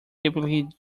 typically